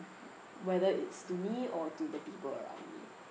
whether it's to me or to the people around me